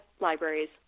libraries